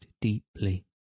deeply